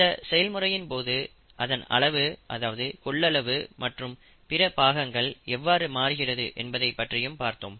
இந்த செயல்முறையின் போது அதன் அளவு அதாவது கொள்ளளவு மற்றும் பிற பாகங்கள் எவ்வாறு மாறுகிறது என்பது பற்றியும் பார்த்தோம்